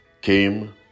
came